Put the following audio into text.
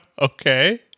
Okay